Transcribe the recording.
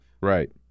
right